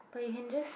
but you can just